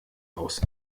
aus